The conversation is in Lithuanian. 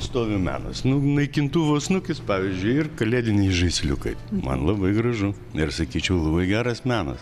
stovi menas nu naikintuvo snukis pavyzdžiui ir kalėdiniai žaisliukai man labai gražu ir sakyčiau labai geras menas